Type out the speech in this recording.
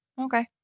Okay